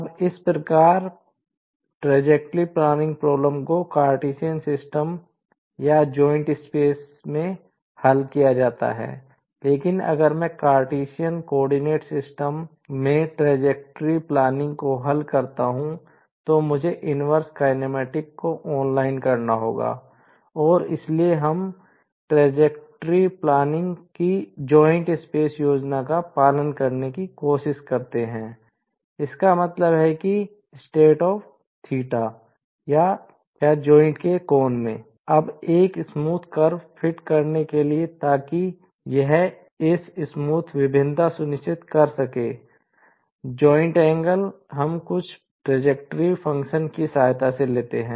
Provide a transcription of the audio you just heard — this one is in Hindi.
अब इस प्रक्षेपवक्र नियोजन समस्या की सहायता लेते हैं